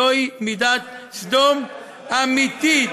זוהי מידת סדום אמיתית.